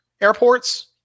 airports